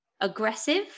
aggressive